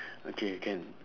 okay can